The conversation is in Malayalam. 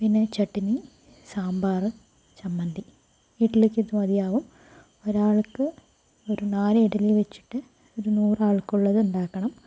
പിന്നെ ചട്ട്നി സാമ്പാർ ചമ്മന്തി ഇഡ്ഡ്ലിക്കിത് മതിയാവും ഒരാൾക്ക് ഒരു നാല് ഇഡ്ഡലി വെച്ചിട്ട് ഒരു നൂറാൾക്കുള്ളത് ഉണ്ടാക്കണം